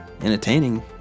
Entertaining